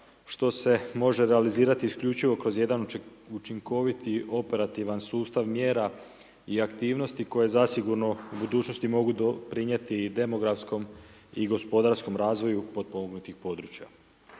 što se može realizirati isključivo kroz jedan učinkoviti operativan sustav mjera i aktivnosti koje zasigurno u budućnosti mogu doprinijeti i demografskom i gospodarskom razvoju potpomognutih područja.